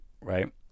right